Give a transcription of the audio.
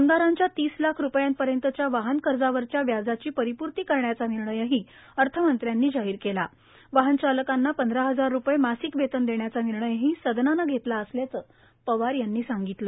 आमदारांच्या तीस लाख रुपयांपर्यंतच्या वाहन कर्जावरच्या व्याजाची प्रतिपूर्ती करण्याचा निर्णयही अर्थमंत्र्यांनी जाहीर केला वाहनचालकांना पंधरा हजार रुपये मासिक वेतन देण्याचा निर्णयही सदनानं घेतला असल्याचं पवार यांनी सांगितलं